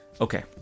Okay